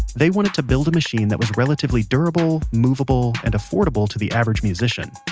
they wanted to build a machine that was relatively durable movable, and affordable to the average musician